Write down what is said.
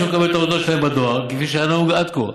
וימשיכו לקבל את ההודעות שלהם בדואר כפי שהיה נהוג עד כה.